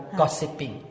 gossiping